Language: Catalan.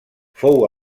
fou